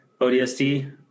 ODST